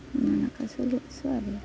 এনেকেই চলি আছোঁ আৰু